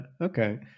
Okay